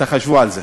תחשבו על זה.